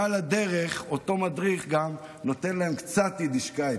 ועל הדרך אותו מדריך גם נותן להם קצת יידישקייט,